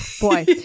boy